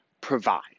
provide